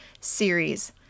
series